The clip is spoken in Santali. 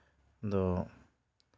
ᱫᱚ